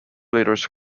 leaders